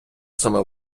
саме